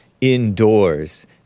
indoors